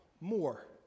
more